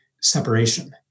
separation